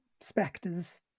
Spectres